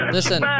Listen